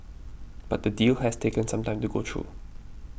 but the deal has taken some time to go through